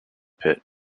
pit